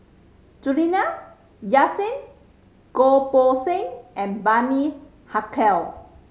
Juliana Yasin Goh Poh Seng and Bani Haykal